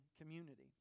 community